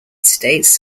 states